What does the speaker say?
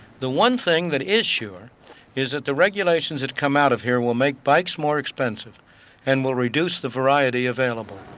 the one thing that is sure is that the regulations that come out of here will make bikes more expensive and will reduce the variety available.